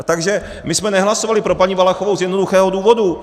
Takže my jsme nehlasovali pro paní Valachovou z jednoduchého důvodu.